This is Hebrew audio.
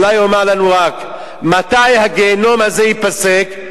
אולי יאמר לנו רק מתי הגיהינום הזה ייפסק.